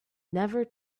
never